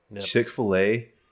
Chick-fil-A